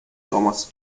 thomas